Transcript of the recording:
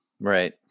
Right